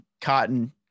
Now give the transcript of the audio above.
cotton